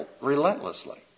relentlessly